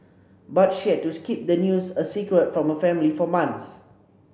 but she had to keep the news a secret from her family for months